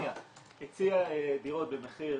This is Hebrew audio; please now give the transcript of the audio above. הציעה דירות במחיר